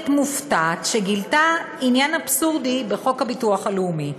מופתעת שגילתה עניין אבסורדי בחוק הביטוח הלאומי.